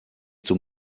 zum